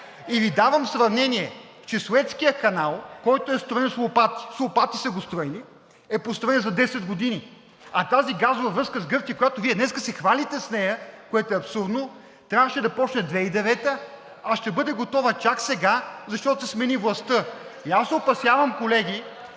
И Ви давам сравнение, че Суецкият канал, който е строен с лопати – с лопати са го строили! – е построен за 10 години, а тази газова връзка с Гърция, с която Вие днес се хвалите, което е абсурдно, трябваше да започне 2009 г., а ще бъде готова чак сега, защото се смени властта. И аз, колеги,